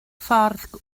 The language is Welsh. ffordd